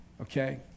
Okay